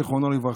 זיכרונו לברכה.